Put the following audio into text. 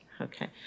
Okay